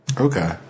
Okay